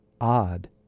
odd